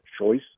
choice